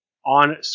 On